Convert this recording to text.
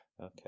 Okay